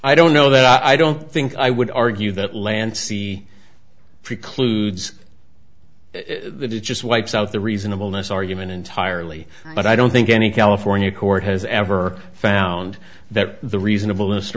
i don't know that i don't think i would argue that land sea precludes that it just wipes out the reasonableness argument entirely but i don't think any california court has ever found that the reasonable